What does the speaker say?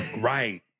Right